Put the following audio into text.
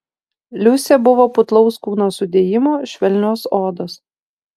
liusė buvo putlaus kūno sudėjimo švelnios odos